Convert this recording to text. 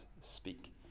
speak